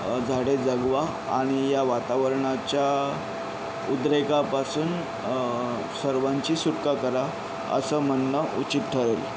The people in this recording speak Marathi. झाडे जगवा आणि या वातावरणाच्या उद्रेकापासून सर्वांची सुटका करा असं म्हणणं उचित ठरेल